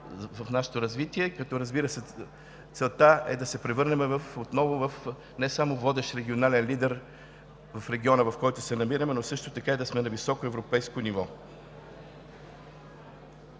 в нашето развитие, като, разбира се, целта е да се превърнем отново не само във водещ регионален лидер – в региона, в който се намираме, но и да сме на високо европейско ниво.